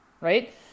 right